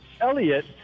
Elliot